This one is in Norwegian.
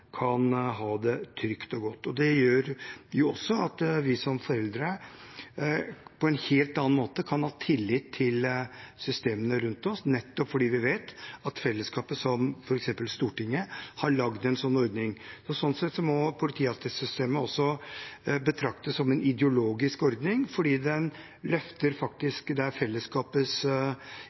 kan ha det trygt og godt. Det gjør også at vi som foreldre på en helt annen måte kan ha tillit til systemene rundt oss, nettopp fordi vi vet at fellesskapet, som f.eks. Stortinget, har laget en sånn ordning. Sånn sett må politiattestsystemet også betraktes som en ideologisk ordning, fordi